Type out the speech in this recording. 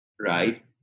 Right